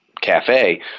cafe